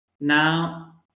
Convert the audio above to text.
Now